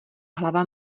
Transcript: hlava